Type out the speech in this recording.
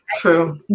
true